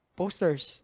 posters